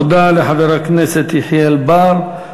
תודה רבה לחבר הכנסת יחיאל בר.